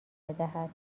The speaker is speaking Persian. بدهد